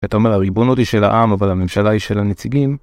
אתה אומר הריבונות היא של העם אבל הממשלה היא של הנציגים